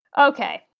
Okay